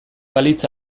balitz